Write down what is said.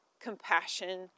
compassion